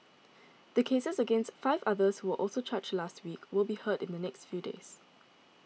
the cases against five others who were also charged last week will be heard in the next few days